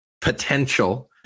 potential